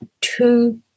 two